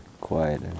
quiet